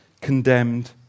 condemned